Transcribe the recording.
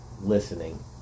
listening